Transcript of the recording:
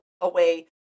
away